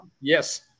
Yes